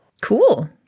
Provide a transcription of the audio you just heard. cool